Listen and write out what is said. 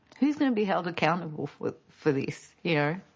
who's gonna be held accountable for this, yeah